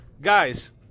Guys